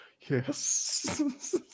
Yes